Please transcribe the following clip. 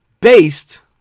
based